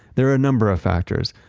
there are a number of factors,